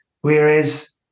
Whereas